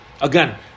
Again